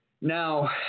now